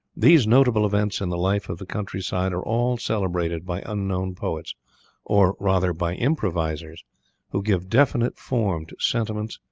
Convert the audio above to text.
these notable events in the life of the country side are all celebrated by unknown poets or, rather, by improvisers who give definite form to sentiments,